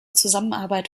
zusammenarbeit